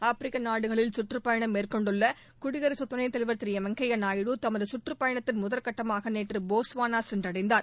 ஆப்பிரிக்க நாடுகளில் சுற்றுப்பயணம் மேற்கொண்டுள்ள குடியரசு துணைத்தலைவர் திரு வெங்கய்ய நாயுடு தனது சுற்றுப்பயணத்தின் முதற்கட்டமாக நேற்று போஸ்வானா சென்றடைந்தார்